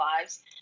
lives